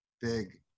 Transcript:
big